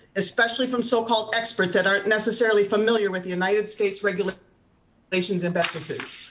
especially from so-called experts that aren't necessarily familiar with the united states regulations regulations and practices.